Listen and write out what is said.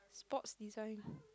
dots design